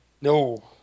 No